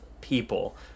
people